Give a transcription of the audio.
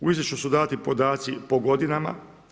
U izvješću su dati podaci po godinama.